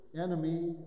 enemy